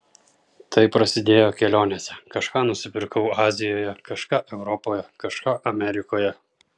tai prasidėjo kelionėse kažką nusipirkau azijoje kažką europoje kažką amerikoje